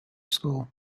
school